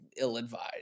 ill-advised